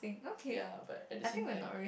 ya but at the same time